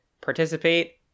participate